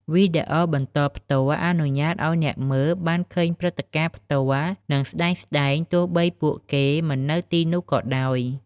វីដេអូបន្តផ្ទាល់អនុញ្ញាតឱ្យអ្នកមើលបានឃើញព្រឹត្តិការណ៍ផ្ទាល់ និងស្ដែងៗ ទោះបីពួកគេមិននៅទីនោះក៏ដោយ។